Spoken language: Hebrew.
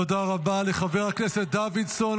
תודה רבה לחבר הכנסת דוידסון.